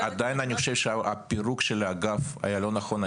אומרת --- עדיין אני חושב שהפירוק של האגף לא היה נכון,